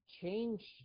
change